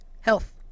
health